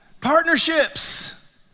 Partnerships